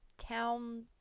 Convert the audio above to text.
town